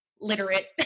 literate